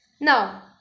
now